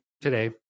today